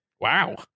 Wow